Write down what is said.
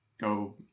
go